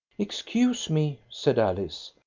excuse me, said alice.